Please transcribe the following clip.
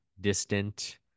distant